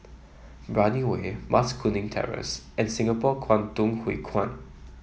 Brani Way Mas Kuning Terrace and Singapore Kwangtung Hui Kuan